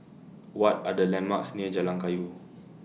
What Are The landmarks near Jalan Kayu